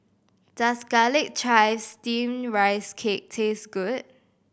does garlic chive Steamed Rice Cake taste good